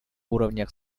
уровнях